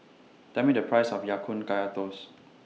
Tell Me The Price of Ya Kun Kaya Toast